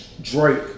Drake